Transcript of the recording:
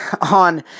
on